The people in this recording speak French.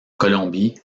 colombie